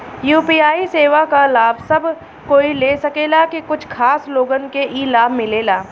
UPI सेवा क लाभ सब कोई ले सकेला की कुछ खास लोगन के ई लाभ मिलेला?